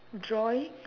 drawing